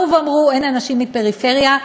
אמרו: אין אנשים מפריפריה,